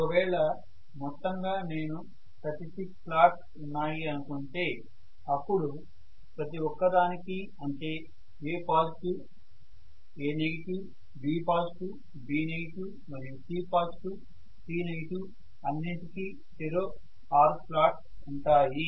ఒకవేళ మొత్తంగా నేను 36 స్లాట్స్ ఉన్నాయి అనుకుంటే అప్పుడు ప్రతి ఒక్క దానికి అంటే A positive A negative B positive B negative మరియు C పాజిటివ్ C నెగిటివ్ అన్నింటికీ చెరో 6 స్లాట్స్ ఉంటాయి